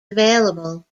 available